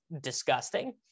disgusting